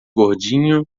gordinho